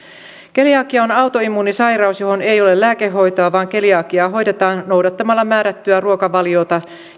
keliakia on autoimmuunisairaus johon ei ole lääkehoitoa vaan keliakiaa hoidetaan noudattamalla määrättyä ruokavaliota